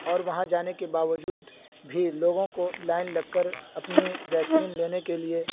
اور وہاں جانے کے باوجود بھی لوگوں کو لائن لگ کر اپنی ویکسین لینے کے لیے